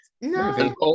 No